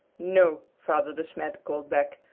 no, father de smet called back,